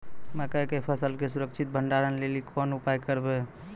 मकई के फसल के सुरक्षित भंडारण लेली कोंन उपाय करबै?